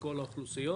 מכל האוכלוסיות